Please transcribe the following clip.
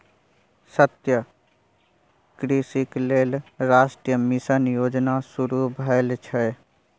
सतत कृषिक लेल राष्ट्रीय मिशन योजना शुरू भेल छै